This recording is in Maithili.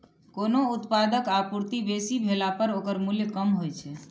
कोनो उत्पादक आपूर्ति बेसी भेला पर ओकर मूल्य कम होइ छै